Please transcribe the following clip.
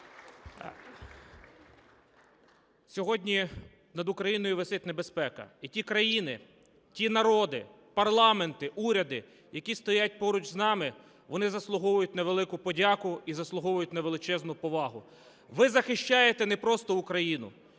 Сьогодні над Україною висить небезпека, і ті країни, ті народи, парламенти, уряди, які стоять поруч з нами, вони заслуговують на велику подяку і заслуговують на величезну повагу. Ви захищаєте не просто Україну,